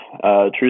true